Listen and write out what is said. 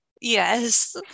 yes